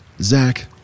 Zach